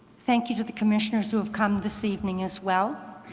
thank you to the commissioners who have come this evening as well,